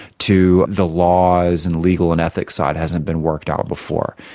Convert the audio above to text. to the laws and legal and ethics side hasn't been worked out before.